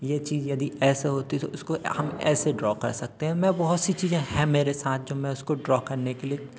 ये चीज यदि ऐसी होती तो उसको हम ऐसे ड्रॉ कर सकते हैं मैं बहुत सी चीज़ें हैं मेरे साथ जो मैं उसको ड्रॉ करने के लिए